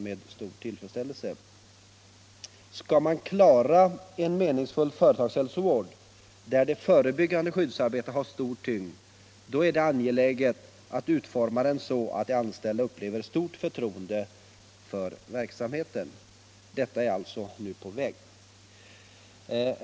För att åstadkomma en meningsfull företagshälsovård, där det förebyggande skyddsarbetet har stor tyngd. är det angeläget att utforma den så att de anställda upplever stort förtroende för verksamheten. Detta är nu alltså på vig.